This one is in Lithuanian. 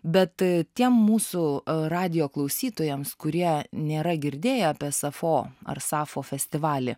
bet tiem mūsų radijo klausytojams kurie nėra girdėję apie sapfo ar sapfo festivalį